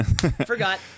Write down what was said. Forgot